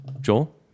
joel